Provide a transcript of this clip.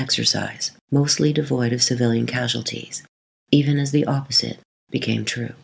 exercise mostly devoid of civilian casualties even if the opposite became true